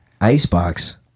Icebox